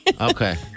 Okay